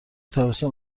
تابستون